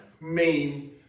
main